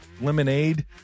lemonade